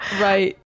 Right